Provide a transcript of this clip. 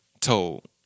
told